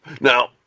now